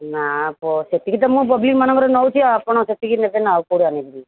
ନା ସେତିକି ତ ମୁଁ ପବ୍ଲିକ୍ମାନଙ୍କର ନେଉଛି ଆଉ ଆପଣ ସେତିକି ନେବେନା ଆଉ କୋଉଠୁ ଆଣିବି